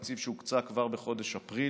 אגב, תקציב שהוקצה כבר בחודש אפריל,